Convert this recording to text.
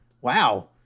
Wow